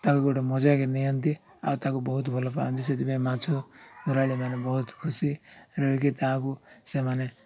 ତାକୁ ଗୋଟେ ମଜାକେ ନିଅନ୍ତି ଆଉ ତାକୁ ବହୁତ ଭଲ ପାଆନ୍ତି ସେଥିପାଇଁ ମାଛ ଧରାଇଲେ ମାନେ ବହୁତ ଖୁସି ରହିକି ତାହାକୁ ସେମାନେ